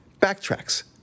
backtracks